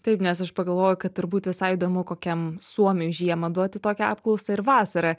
taip nes aš pagalvojau kad turbūt visai įdomu kokiam suomiui žiemą duoti tokią apklausą ir vasarą